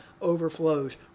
overflows